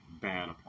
bad